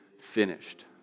finished